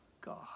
God